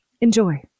Enjoy